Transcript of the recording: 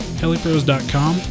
helipros.com